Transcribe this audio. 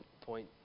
point